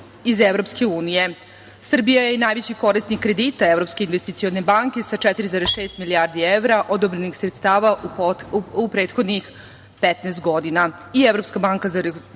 iz EU.Srbija je i najveći korisnik kredita Evropske investicione banke sa 4,6 milijardi evra odobrenih sredstava u prethodnih 15 godina